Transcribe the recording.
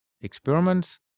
experiments